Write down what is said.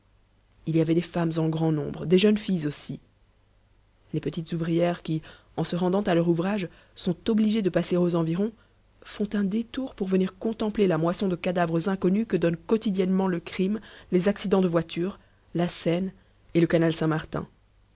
il y avait des femmes en grand nombre des jeunes filles aussi les petites ouvrières qui en se rendant à leur ouvrage sont obligées de passer aux environs font un détour pour venir contempler la moisson de cadavres inconnus que donnent quotidiennement le crime les accidents de voitures la seine et le canal saint-martin